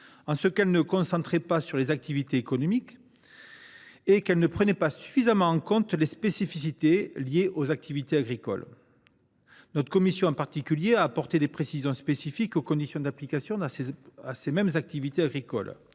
en ce qu’elle ne se concentrait pas sur les activités économiques et qu’elle ne prenait pas suffisamment en compte les spécificités liées aux activités agricoles. Elle a donc apporté des précisions spécifiques aux conditions d’application de ce texte à ces mêmes activités agricoles.